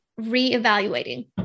reevaluating